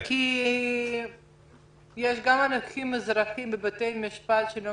כי יש גם הליכים אזרחיים בבתי המשפט שלא